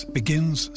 begins